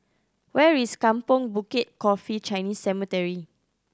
where is Kampong Bukit Coffee Chinese Cemetery